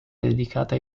dedicata